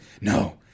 No